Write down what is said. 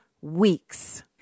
weeks